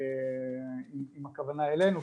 אם הכוונה אלינו,